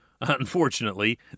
unfortunately